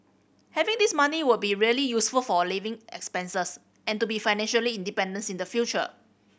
having this money will be really useful for a living expenses and to be financially independent in the future